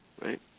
right